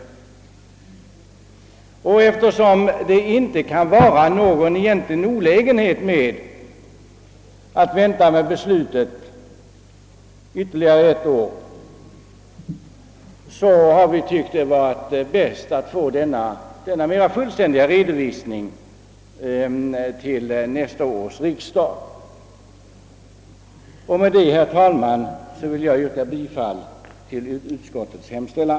Eftersom det inte kan vara någon egentlig olägenhet med att vänta med beslutet ytterligare ett år, har vi tyckt det vara bäst att få en sådan mera fullständig redovisning till nästa års riksdag. Med det anförda, herr talman, vill jag yrka bifall till utskottets hemställan.